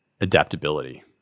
adaptability